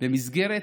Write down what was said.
וכל זה במסגרת